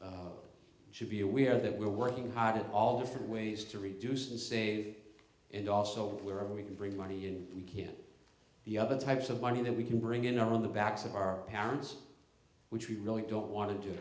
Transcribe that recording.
be should be aware that we're working hard at all different ways to reduce and save and also wherever we can bring money in we can the other types of money that we can bring in are on the backs of our parents which we really don't want to do